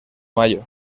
mayo